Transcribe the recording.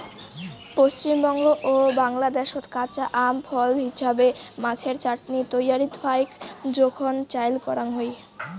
পশ্চিমবঙ্গ ও বাংলাদ্যাশত কাঁচা আম ফল হিছাবে, মাছের চাটনি তৈয়ারীত ফাইক জোখন চইল করাং হই